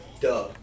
Duh